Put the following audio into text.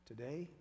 Today